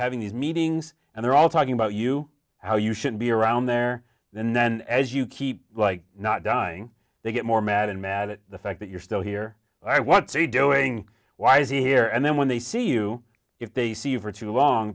having these meetings and they're all talking about you how you should be around there and then as you keep like not dying they get more mad and mad at the fact that you're still here i won't say doing why is he here and then when they see you if they see you for too long